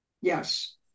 Yes